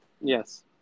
Yes